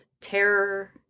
terror